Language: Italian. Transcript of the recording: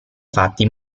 fatti